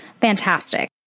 fantastic